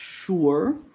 Sure